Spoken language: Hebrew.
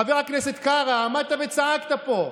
חבר הכנסת קארה, עמדת וצעקת פה,